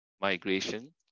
migration